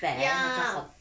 ya